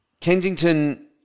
Kensington